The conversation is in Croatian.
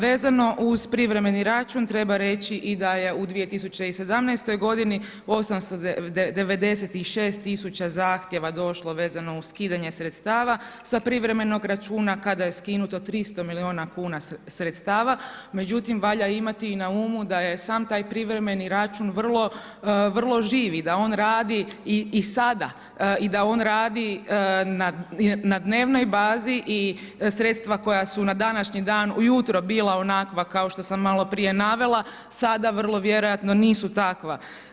Vezano uz privremeni račun treba reći i da je u 2017. godini 896 tisuća zahtjeva došlo vezano uz skidanje sredstava sa privremenog računa, kada je skinuto 300 milijuna kuna sredstava, međutim, valja imati i na umu da je sam taj privremeni račun vrlo živ i da on radi i sada i da on radi na dnevnoj bazi i sredstva koja su na današnji dan ujutro bilo onakva kao što sam malo prije navela, sada vrlo vjerojatno nisu takva.